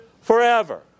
forever